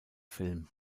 film